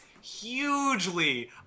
hugely